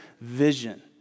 vision